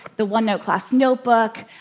the onenote class notebook,